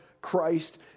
Christ